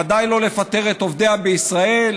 ודאי לא לפטר את עובדיה בישראל,